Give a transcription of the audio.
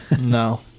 No